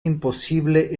imposible